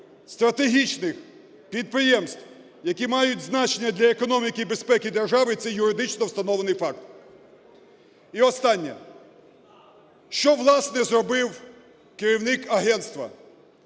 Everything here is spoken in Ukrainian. стратегічних підприємств, які мають значення для економіки і безпеки держави, це юридично встановлений факт. І останнє. Що, власне, зробив керівник агентства,